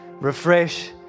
refresh